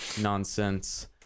nonsense